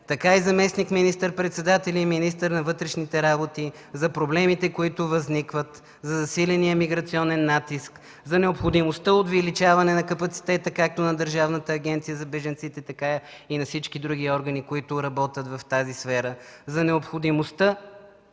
така и заместник министър-председателя и министър на вътрешните работи за проблемите, които възникват, за засиления миграционен натиск, за необходимостта от увеличаване на капацитета както на Държавната агенция за бежанците, така и на всички други органи, които работят в тази сфера, за необходимостта